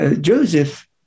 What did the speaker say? Joseph